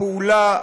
הפעולה,